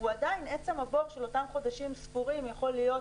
עדיין עצם הבור של אותם חודשים ספורים יכול להיות